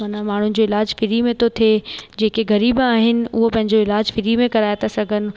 माना माण्हुनि जो इलाजु फ्री में थो थिए जेके ग़रीब आहिनि उहो पंहिंजो इलाजु फ्री में कराए था सघनि